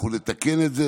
אנחנו נתקן את זה,